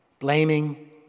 Blaming